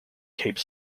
cape